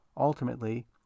Ultimately